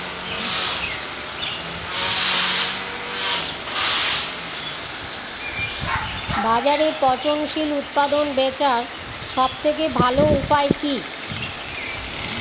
বাজারে পচনশীল উৎপাদন বেচার সবথেকে ভালো উপায় কি?